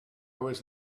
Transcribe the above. always